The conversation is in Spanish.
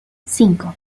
cinco